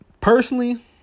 personally